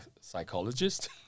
psychologist